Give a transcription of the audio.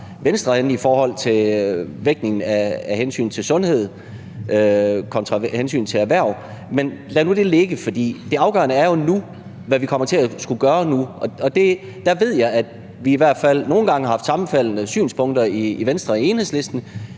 henne i forhold til vægtningen af hensynet til sundhed kontra hensynet til erhverv. Men lad nu det ligge, for det afgørende er jo, hvad vi kommer til at skulle gøre, og der ved jeg, at vi i hvert fald nogle gange har haft sammenfaldende synspunkter mellem Venstre og Enhedslisten